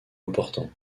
importants